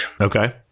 Okay